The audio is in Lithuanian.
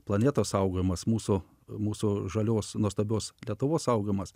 planetos saugojimas mūsų mūsų žalios nuostabios lietuvos saugomas